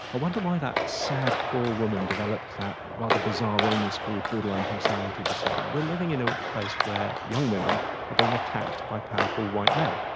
i wonder why that sad, poor woman developed that rather bizarre illness called borderline personality disorder? we are living in a place where young women are being attacked by a powerful white men.